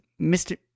Mr